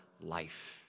life